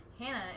Hannah